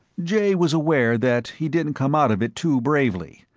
jay was aware that he didn't come out of it too bravely,